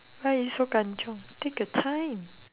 why are you so kanchiong take your time